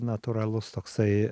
natūralus toksai